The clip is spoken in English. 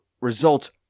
results